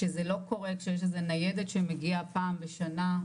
שזה לא קורה כשיש איזה ניידת שמגיעה פעם בשנה,